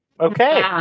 Okay